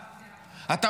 לדעתי.